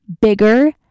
bigger